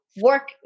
work